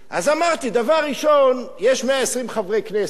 אז אמרתי, דבר ראשון, יש 120 חברי כנסת,